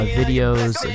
videos